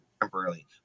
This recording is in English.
temporarily